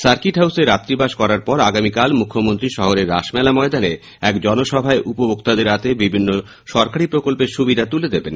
circuit হাউসে রাত্রিবাস করার পর আগামীকাল মুখ্যমন্ত্রী শহরের রাসমেলা ময়দানে এক জনসভায় উপভোক্তাদের হাতে বিভিন্ন সরকারী প্রকল্পের সু্বিধা তুলে দেবেন